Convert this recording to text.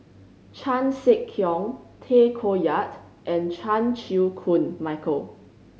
Chan Sek Keong Tay Koh Yat and Chan Chew Koon Michael